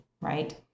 Right